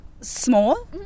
small